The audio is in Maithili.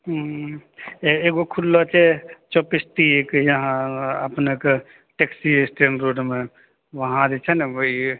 हूँ ए एगो खुजलो छै चॉपस्टिक यहाँ अपनेके टैक्सी इस्टैण्ड रोडमे वहाँ जे छै ने वही